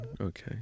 okay